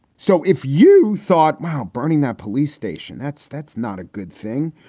so if you thought, wow, burning that police station, that's that's not a good thing.